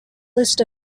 list